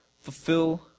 Fulfill